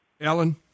Alan